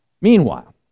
Meanwhile